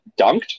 dunked